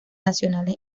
nacionales